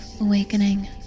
awakening